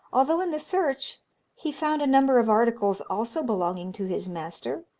although in the search he found a number of articles, also belonging to his master,